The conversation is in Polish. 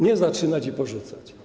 Nie zaczynać i porzucać.